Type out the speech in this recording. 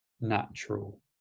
natural